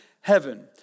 heaven